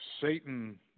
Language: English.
Satan